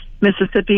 Mississippi